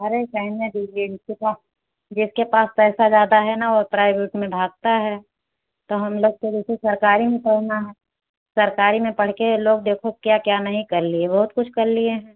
हर एक टाइम में जिसके पास पैसा ज़्यादा है ना वो प्राइभेट में भागता है तों हम लोग के जैसे सरकारी में पढ़ना है सरकारी में पढ़ के लोग देखो क्या क्या नहीं कर लिए बहुत कुछ कर लिए हैं